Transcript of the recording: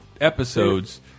episodes